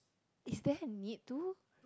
is there a need to